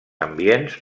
ambients